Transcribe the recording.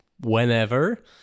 whenever